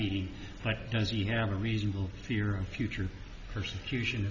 life does he have a reasonable fear of future persecution